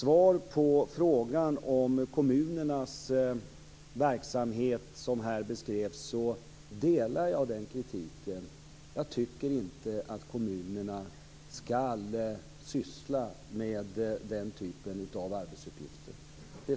Svaret på frågan om kommunernas verksamhet som här beskrevs är att jag delar den kritiken. Jag tycker inte att kommunerna skall syssla med den typen av arbetsuppgifter.